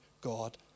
God